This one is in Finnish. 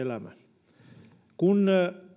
elämä kun